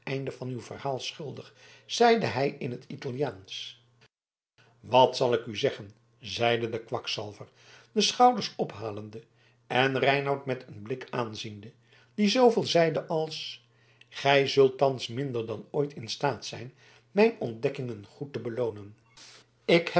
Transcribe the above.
einde van uw verhaal schuldig zeide hij in t italiaansch wat zal ik u zeggen zeide de kwakzalver de schouders ophalende en reinout met een blik aanziende die zooveel zeide als gij zult thans minder dan ooit in staat zijn mijn ontdekkingen goed te beloonen ik